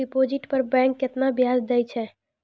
Deposit पर bank केतना ब्याज दै छै?